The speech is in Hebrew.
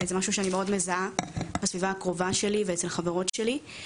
זה משהו שאני מאוד מזהה בסביבה הקרובה שלי ואצל החברות שלי.